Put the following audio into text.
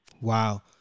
Wow